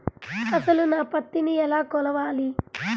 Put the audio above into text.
అసలు నా పత్తిని ఎలా కొలవాలి?